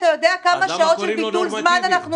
אתה יודע כמה שעות של ביטול זמן אנחנו משלמים?